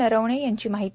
नरवणे यांची माहिती